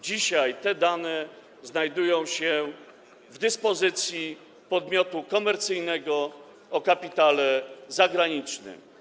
Dzisiaj te dane znajdują się w dyspozycji podmiotu komercyjnego o kapitale zagranicznym.